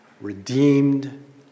redeemed